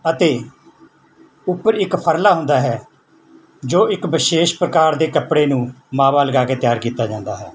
ਅਤੇ ਉੱਪਰ ਇੱਕ ਫਰਲਾ ਹੁੰਦਾ ਹੈ ਜੋ ਇੱਕ ਵਿਸ਼ੇਸ਼ ਪ੍ਰਕਾਰ ਦੇ ਕੱਪੜੇ ਨੂੰ ਮਾਵਾ ਲਗਾ ਕੇ ਤਿਆਰ ਕੀਤਾ ਜਾਂਦਾ ਹੈ